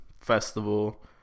festival